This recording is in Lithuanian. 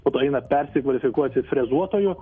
po to eina persikvalifikuoti frezuotoju